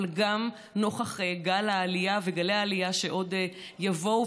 אבל גם נוכח גל העלייה וגלי העלייה שעוד יבואו,